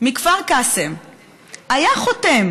מכפר קאסם היה חותם